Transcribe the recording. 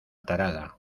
tarada